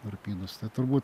durpynus tai turbūt